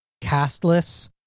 castless